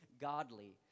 godly